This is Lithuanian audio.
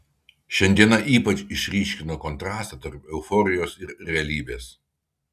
šiandiena ypač išryškino kontrastą tarp euforijos ir realybės